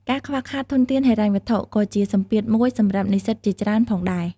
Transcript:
ការខ្វះខាតធនធានហិរញ្ញវត្ថុក៏ជាសម្ពាធមួយសម្រាប់និស្សិតជាច្រើនផងដែរ។